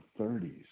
30s